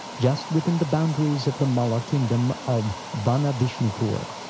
just within the boundaries of the malla kingdom of vana vishnupur.